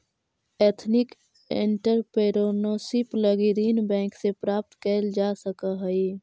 ethnic entrepreneurship लगी ऋण bank से प्राप्त कैल जा सकऽ हई